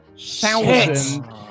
thousand